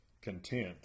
content